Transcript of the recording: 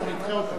אנחנו נדחה אותן.